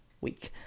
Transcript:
week